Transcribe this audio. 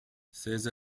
seize